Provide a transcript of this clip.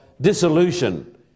dissolution